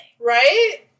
Right